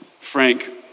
Frank